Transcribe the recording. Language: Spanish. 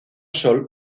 sol